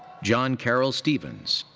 john carrol stephens.